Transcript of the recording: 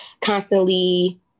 constantly